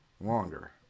longer